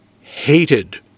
hated